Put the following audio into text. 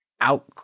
out